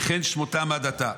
וכן שמותן עד עתה.